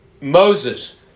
Moses